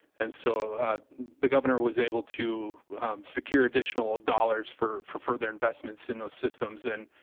and so the governor was able to secure additional dollars for for further investments in those systems and